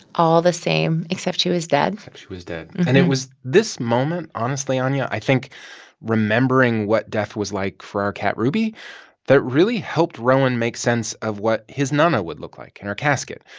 all the same, except she was dead except she was dead. and it was this moment honestly, anya, i think remembering what death was like for our cat ruby that really helped rowan make sense of what his nana would look like in her casket.